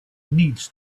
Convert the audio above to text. needs